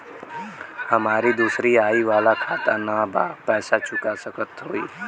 हमारी दूसरी आई वाला खाता ना बा पैसा चुका सकत हई?